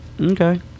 Okay